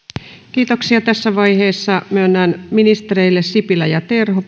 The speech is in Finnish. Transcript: tässä vaiheessa myönnän puheenvuorot ministereille sipilä ja terho